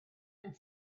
and